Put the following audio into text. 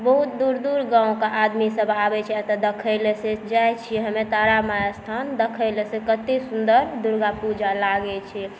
बहुत दूर दूर गाँवके आदमीसब आबै छै एतऽ देखैलए से जाइ छी हमे तारा माइ अस्थान देखैलए से कतेक सुन्दर दुर्गा पूजा लागै छै